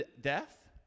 death